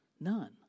None